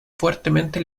fuertemente